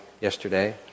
yesterday